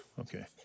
okay